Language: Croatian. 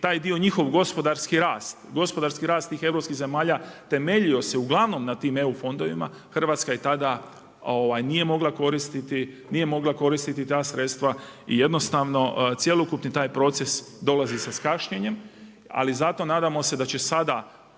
taj dio njihov gospodarski rast, gospodarski rast tih europskih zemalja temeljio se uglavnom na tim EU fondovima, Hrvatska ih tada nije mogla koristiti, nije mogla koristiti ta sredstva i jednostavno cjelokupni taj proces dolazi sa kašnjenjem. Ali zato nadamo se da će sada